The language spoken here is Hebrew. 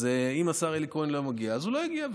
אז אם השר אלי כהן לא מגיע, אז הוא לא יגיע.